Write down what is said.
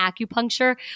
acupuncture